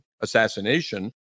assassination